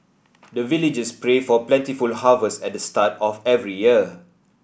the villagers pray for plentiful harvest at the start of every year